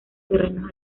terrenos